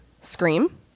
scream